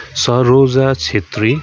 Saroja Chhetri